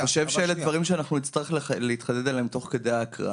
אני חושב שאלה דברים שנצטרך להתחדד עליהם תוך כדי הקראה